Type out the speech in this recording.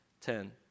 Ten